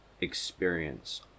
experience